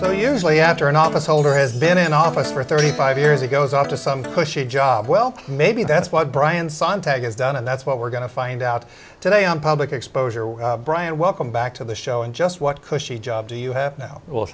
so usually after an office holder has been in office for thirty five years ago it's off to some pushy job well maybe that's why brian sontag is done and that's what we're going to find out today on public exposure brian welcome back to the show and just what cushy job do you have now well